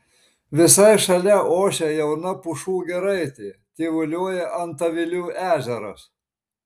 visai šalia ošia jauna pušų giraitė tyvuliuoja antavilių ežeras